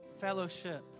fellowship